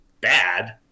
bad